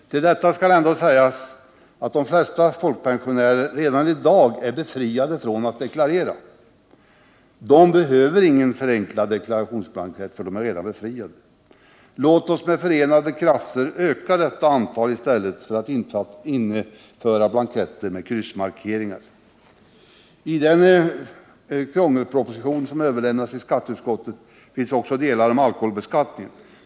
Till detta skall också sägas att de flesta folkpensionärer redan i dag är helt befriade från att deklarera. De behöver ingen förenklad deklarationsblankett. Låt oss med förenade krafter öka detta antal i stället för att införa blanketter med kryssmarkeringar. I den krångelproposition som överlämnats till skatteutskottet finns också delar om alkoholbeskattningen.